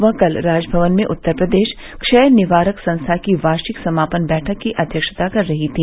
वह कल राजभवन में उत्तर प्रदेश क्षय निवारक संस्था की वार्रिक समापन बैठक की अध्यक्षता कर रही थी